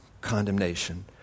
condemnation